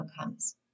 outcomes